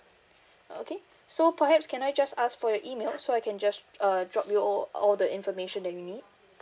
okay so perhaps can I just ask for your email so I can just uh drop you all all the information that you need